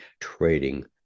trading